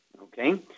okay